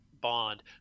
bond